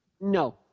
No